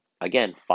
Again